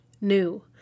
new